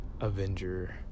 Avenger